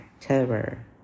terror